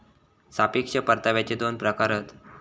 सापेक्ष परताव्याचे दोन प्रकार हत